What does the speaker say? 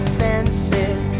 senses